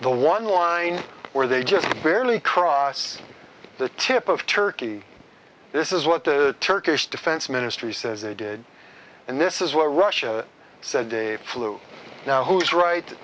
the one line where they just barely cross the tip of turkey this is what the turkish defense ministry says they did and this is where russia said dave flew now who's right